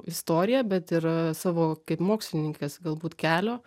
istoriją bet ir savo kaip mokslininkės galbūt kelio